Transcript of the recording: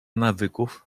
nawyków